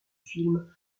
film